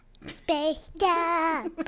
Space